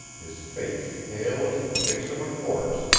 his face pale as the face of a corpse,